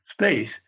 space